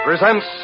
presents